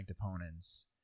opponents